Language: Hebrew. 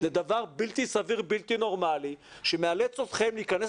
זה דבר בלתי סביר ובלתי נורמלי שמאלץ אתכם להיכנס